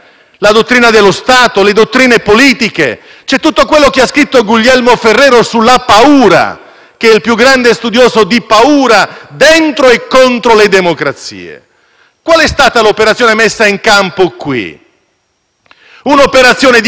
che è il più grande studioso di paura dentro e contro le democrazie. Qual è stata l'operazione messa in campo qui? Un'operazione di comunicazione politica, che si nutre delle cartellette scritte del programma di Governo